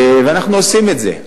ואנחנו עושים את זה.